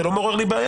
זה לא מעורר לי בעיה.